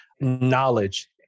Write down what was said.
Knowledge